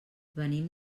venim